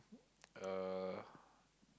uh